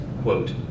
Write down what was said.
quote